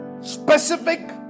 specific